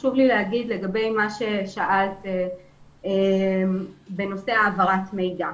חשוב לי לומר לגבי מה ששאלת בנושא העברת מידע.